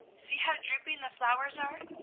see how drooping the flowers are!